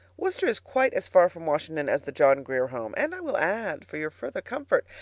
worcester is quite as far from washington as the john grier home. and i will add, for your further comfort,